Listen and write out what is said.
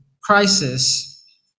crisis